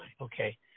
okay